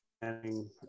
planning